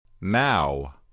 Now